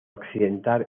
occidental